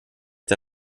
der